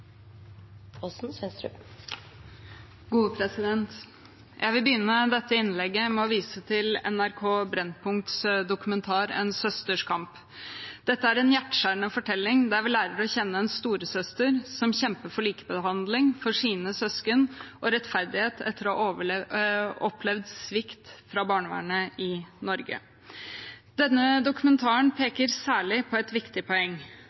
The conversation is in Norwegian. en hjerteskjærende fortelling der vi lærer å kjenne en storesøster som kjemper for likebehandling for sine søsken, og for rettferdighet etter å ha opplevd svikt fra barnevernet i Norge. Denne dokumentaren peker særlig på ett viktig poeng,